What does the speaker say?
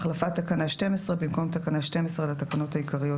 החלפת תקנה 127.במקום תקנה 12 לתקנות העיקריות